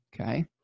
okay